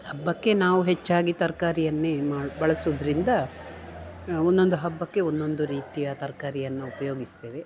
ಹಬ್ಬಕ್ಕೆ ನಾವು ಹೆಚ್ಚಾಗಿ ತರ್ಕಾರಿಯನ್ನೇ ಮಾಡಿ ಬಳಸುದರಿಂದ ಒಂದೊಂದು ಹಬ್ಬಕ್ಕೆ ಒಂದೊಂದು ರೀತಿಯ ತರಕಾರಿಯನ್ನು ಉಪಯೋಗಿಸ್ತೇವೆ